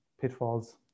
pitfalls